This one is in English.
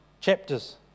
Chapters